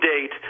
date